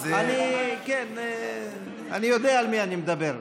אני יודע על מי אני מדבר.